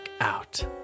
out